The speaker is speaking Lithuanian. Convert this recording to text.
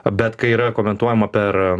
bet kai yra komentuojama per